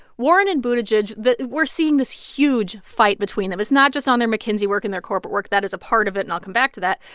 warren and buttigieg, we're seeing, this huge fight between them. it's not just on their mckinsey work and their corporate work. that is a part of it, and i'll come back to that.